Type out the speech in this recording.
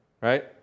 Right